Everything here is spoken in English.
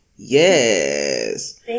Yes